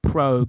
Pro